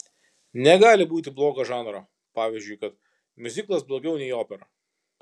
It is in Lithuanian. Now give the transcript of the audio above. negali būti blogo žanro pavyzdžiui kad miuziklas blogiau nei opera